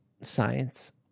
science